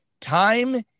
time